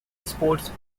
sports